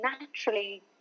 naturally